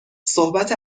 صحبت